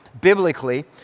biblically